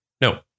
No